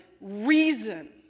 reason